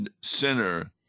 sinner